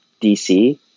DC